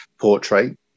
portrait